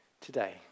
today